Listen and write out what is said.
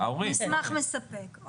מבחינתכם זה מסמך מספק.